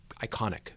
iconic